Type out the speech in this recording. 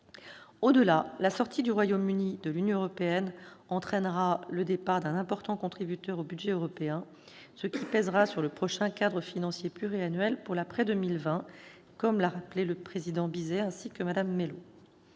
Au-delà, la sortie du Royaume-Uni de l'Union européenne entraînera le départ d'un important contributeur au budget européen, ce qui pèsera sur le prochain cadre financier pluriannuel pour l'après-2020, comme l'ont rappelé le président Bizet et Mme Mélot.